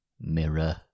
mirror